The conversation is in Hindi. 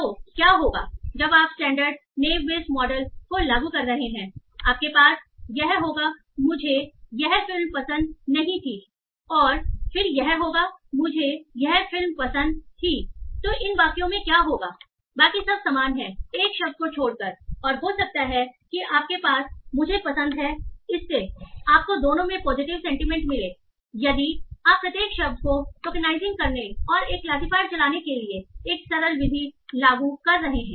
तो क्या होगा जब आप standard Naïve Bayes naive Bayes model को लागू कर रहे हैं तो आपके पास यह होगा मुझे यह फिल्म पसंद नहीं थी और फिर यह होगा मुझे यह फिल्म पसंद थी तो इन वाक्यों में क्या होगा बाकी सब समान है एक शब्द को छोड़कर और हो सकता है कि आपके पास मुझे पसंद है इससे आपको दोनों में पॉजिटिव सेंटीमेंट मिले यदि आप प्रत्येक शब्द को टोकेनाइजिंग करने और एक क्लासिफायर चलाने के लिए एक सरल विधि लागू कर रहे हैं